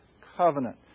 covenant